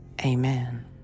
Amen